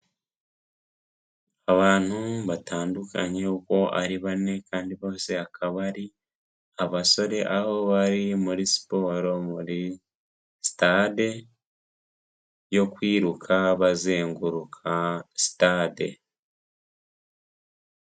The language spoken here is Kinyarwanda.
Abantu batandukanye uko ari bane, kandi bose akaba ari abasore, aho bari muri siporo muri sitade, yo kwiruka bazenguruka sitade.